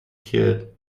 here